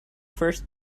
first